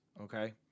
okay